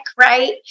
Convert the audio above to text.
right